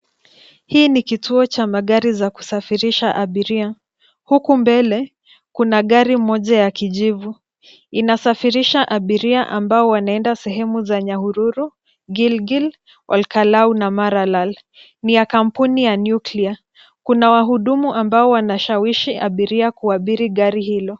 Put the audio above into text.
Hii ni kituo cha magari za kusafirisha abiria. Huku mbele kuna gari moja ya kijivu. Inasafirisha abiria ambao wanaenda sehemu za Nyahururu, Gilgil, Olkalau na Maralal. Ni ya kampuni ya Nuclear. Kuna wahudumu ambao wanashawishi abiria kuabiri gari hilo.